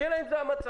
השאלה אם זה המצב.